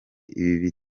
ibi